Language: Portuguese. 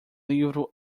livro